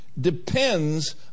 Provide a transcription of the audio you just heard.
Depends